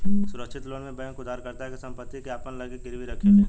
सुरक्षित लोन में बैंक उधारकर्ता के संपत्ति के अपना लगे गिरवी रखेले